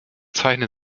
zeichnet